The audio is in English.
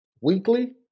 weekly